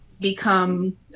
become